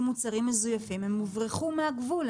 מוצרים מזויפים הם הוברחו מהגבול.